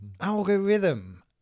Algorithm